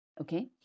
Okay